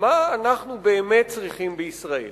מה אנחנו באמת צריכים בישראל.